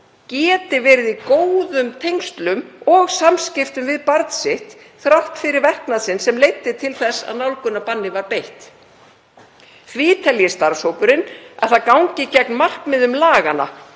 geti verið í góðum tengslum og samskiptum við barn sitt þrátt fyrir verknað sinn sem leiddi til þess að nálgunarbanni var beitt. Því telji starfshópurinn að það gangi gegn markmiðum laganna